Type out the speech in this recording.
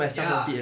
ya